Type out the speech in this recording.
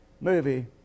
movie